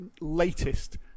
latest